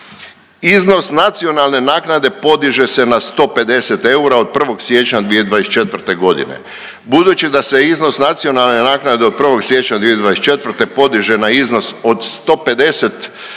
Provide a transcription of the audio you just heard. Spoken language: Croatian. Iznos nacionalne naknade podiže se na 150 eura od 1. siječnja 2024. g. Budući da se iznos nacionalne naknade od 1. siječnja 2024. podiže na iznos od 150 eura,